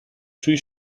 suoi